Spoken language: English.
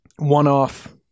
one-off